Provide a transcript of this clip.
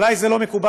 עלי זה לא מקובל.